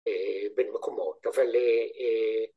בין מקומות, אבל